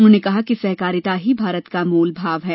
उन्होंने कहा कि सहकारिता ही भारत का मुल भाव है